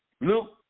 Luke